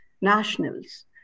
nationals